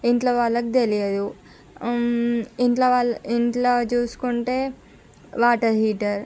ఇంట్లో వాళ్ళకి తెలియదు ఇంట్లో వా ఇంట్లో చూసుకుంటే వాటర్ హీటర్